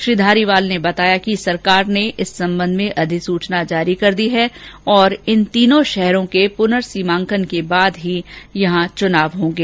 श्री धारीवाल ने बताया कि सरकार ने इस संबंध में अधिसूचना जारी कर दी है और इन तीनों शहरों में पुनर्सीमांकन के बाद ही चुनाव होंगे